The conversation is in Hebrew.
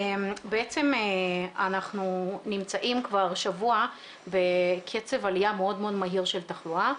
בעצם אנחנו נמצאים כבר שבוע בקצב עלייה מאוד מהיר של תחלואה,